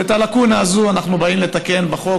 ואת הלקונה הזאת אנחנו באים לתקן בחוק,